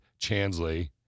Chansley